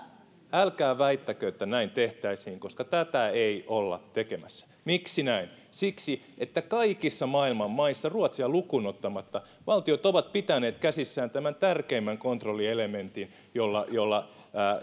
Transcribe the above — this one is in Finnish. älkää väittäkö että näin tehtäisiin koska tätä ei olla tekemässä miksi näin siksi että kaikissa maailman maissa ruotsia lukuun ottamatta valtiot ovat pitäneet käsissään tämän tärkeimmän kontrollielementin jolla jolla